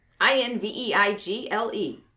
I-N-V-E-I-G-L-E